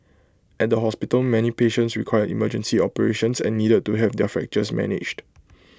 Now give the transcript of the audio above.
at the hospital many patients required emergency operations and needed to have their fractures managed